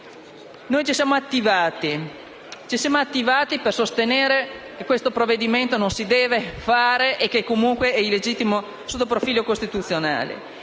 Noi ci siamo attivati per sostenere che questo provvedimento non si deve fare e che, comunque, è illegittimo sotto il profilo costituzionale.